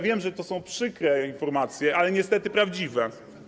Wiem, że to są przykre informacje, ale niestety prawdziwe.